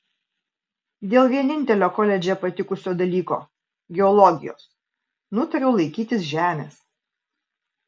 dėl vienintelio koledže patikusio dalyko geologijos nutariau laikytis žemės